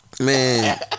Man